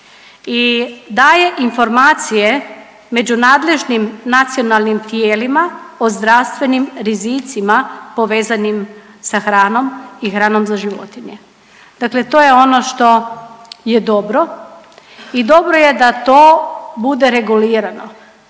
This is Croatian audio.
i daje informacije među nadležnim nacionalnim tijelima o zdravstvenim rizicima povezanim sa hranom i hranom za životinje, dakle to je ono što je dobro i dobro je da to bude regulirano.